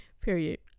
Period